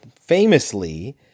famously